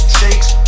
shakes